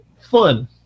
fun